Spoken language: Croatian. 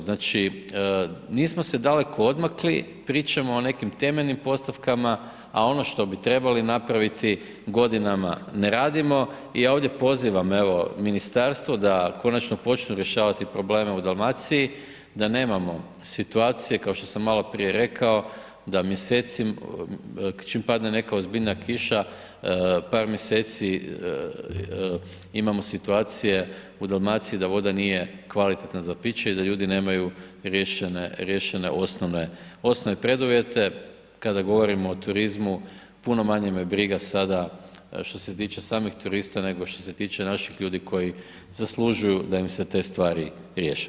Znači, nismo se daleko odmakli, pričamo o nekim temeljnim postavkama, a ono što bi trebali napraviti, godinama ne radimo i ja ovdje pozivam evo ministarstvo da konačno počnu rješavati probleme u Dalmaciji, da nemamo situacije kao što sam maloprije rekao da čim padne neka ozbiljnija kiša par mjeseci imamo situacije u Dalmaciji da voda nije kvalitetna za piće i da ljudi nemaju riješene osnovne preduvjete, kada govorimo o turizmu puno manje me briga sada što se tiče samih turista, nego što se tiče naših ljudi koji zaslužuju da im se te stvari riješe.